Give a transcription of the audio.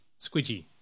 Squidgy